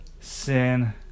sin